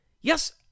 Yes